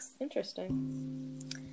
Interesting